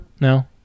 no